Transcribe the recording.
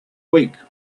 week